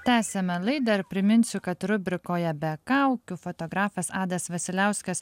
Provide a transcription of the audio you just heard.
tęsiame laidą ir priminsiu kad rubrikoje be kaukių fotografas adas vasiliauskas